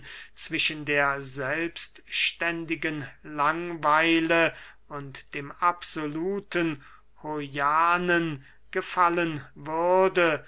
zwischen der selbstständigen langweile und dem absoluten hojahnen gefallen würde